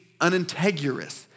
unintegrous